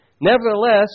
Nevertheless